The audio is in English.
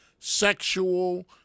sexual